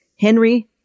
Henry